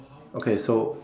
okay so